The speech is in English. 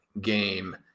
game